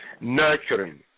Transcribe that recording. Nurturing